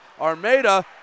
Armada